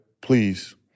please